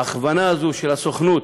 ההכוונה הזאת של הסוכנות,